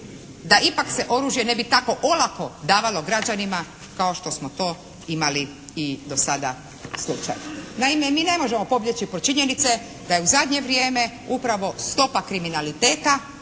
da ipak se oružje ne bi tako olako davalo građanima kao što smo to imali i do sada slučaj. Naime mi ne možemo pobjeći … /Govornica se ne razumije./ … činjenica je da je u zadnje upravo stopa kriminaliteta